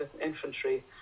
infantry